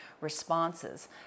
responses